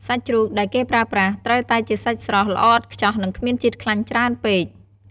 សាច់ជ្រូកដែលគេប្រើប្រាស់ត្រូវតែជាសាច់ស្រស់ ល្អឥតខ្ចោះ និងគ្មានជាតិខ្លាញ់ច្រើនពេក។